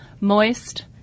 Moist